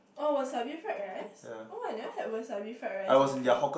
oh wasabi fried rice oh I never had wasabi fried rice before